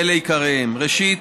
ואלה עיקריהם: ראשית,